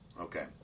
Okay